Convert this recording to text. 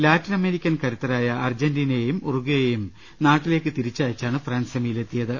ലാറ്റിനമേരി ക്കൻ കരുത്തരായ അർജന്റീനയെയും ഉറൂഗ്പേയെയും നാട്ടിലേക്ക് തിരിച്ച യച്ചാണ് ഫ്രാൻസ് സെമിയിൽ എത്തിയത്